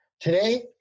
Today